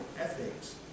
ethics